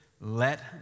let